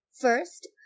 First